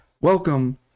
welcome